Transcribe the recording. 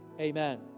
amen